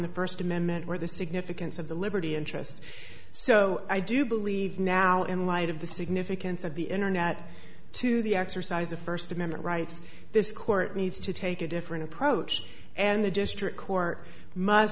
the first amendment or the significance of the liberty interest so i do believe now in light of the significance of the internet to the exercise of first amendment rights this court needs to take a different approach and the district court mu